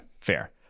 fair